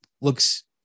looks